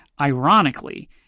Ironically